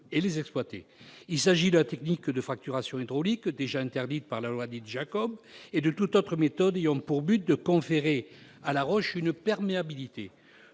il s'agit de la technique de fracturation hydraulique, déjà interdite par la loi Jacob de 2011, ou « de toute autre méthode ayant pour but de conférer à la roche une perméabilité